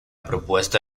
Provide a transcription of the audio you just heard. propuesta